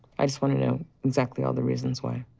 i just want to know exactly all the reasons why.